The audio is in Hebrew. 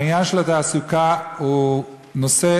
העניין של התעסוקה הוא נושא